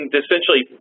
essentially